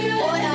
boy